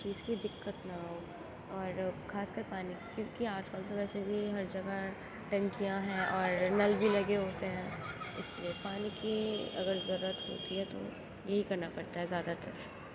چیز کی دقت نہ ہو اور خاص کر پانی کی کیونکہ آج کل تو ویسے بھی ہر جگہ ٹنکیاں ہیں اور نل بھی لگے ہوتے ہیں اس لیے پانی کی اگر ضرورت ہوتی ہے تو یہی کرنا پڑتا ہے زیادہ تر